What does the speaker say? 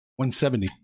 170